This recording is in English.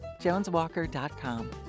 JonesWalker.com